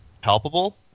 palpable